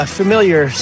familiar